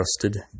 trusted